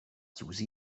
susi